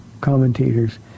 commentators